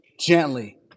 gently